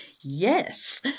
yes